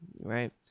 right